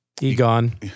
Egon